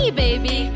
baby